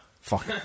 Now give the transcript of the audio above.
Fuck